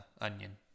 onion